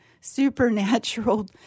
supernatural